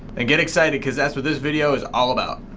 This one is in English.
and get excited because that's what this video is all about!